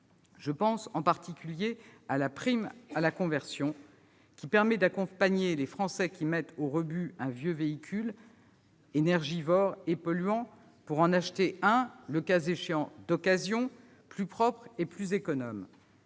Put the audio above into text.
Je pense, en particulier, à la prime à la conversion. Elle permet d'accompagner les Français qui mettent au rebut un vieux véhicule énergivore et polluant pour en acheter un, le cas échéant d'occasion, plus propre et plus économe.